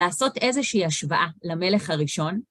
לעשות איזושהי השוואה למלך הראשון